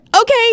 okay